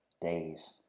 days